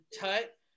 Tut